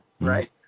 right